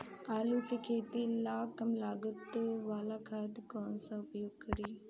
आलू के खेती ला कम लागत वाला खाद कौन सा उपयोग करी?